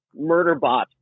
Murderbot